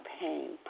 pain